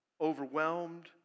Overwhelmed